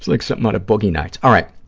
like something out of boogie nights. all right,